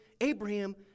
Abraham